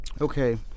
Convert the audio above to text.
Okay